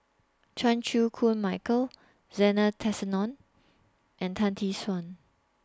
Chan Chew Koon Michael Zena Tessensohn and Tan Tee Suan